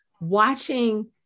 watching